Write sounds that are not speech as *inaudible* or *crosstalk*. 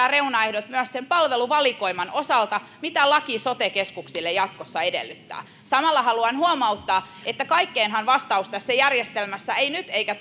*unintelligible* reunaehdot myös sen palveluvalikoiman osalta mitä laki sote keskuksille jatkossa edellyttää samalla haluan huomauttaa että kaikkeenhan vastaus tässä järjestelmässä ei nyt eikä *unintelligible*